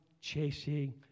chasing